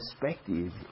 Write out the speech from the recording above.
perspective